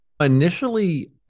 initially